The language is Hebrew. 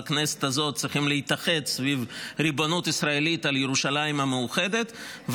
בכנסת הזאת צריכים להתאחד סביב ריבונות ישראלית על ירושלים המאוחדת,